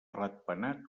ratpenat